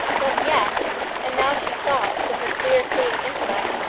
but yet and now she saw it with her clear-seeing intellect,